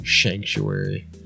Sanctuary